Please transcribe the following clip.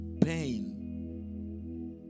pain